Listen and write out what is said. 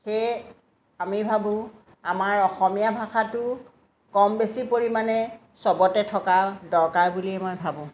সেয়ে আমি ভাবোঁ আমাৰ অসমীয়া ভাষাটো কম বেছি পৰিমাণে চবতে থকা দৰকাৰ বুলিয়েই মই ভাবোঁ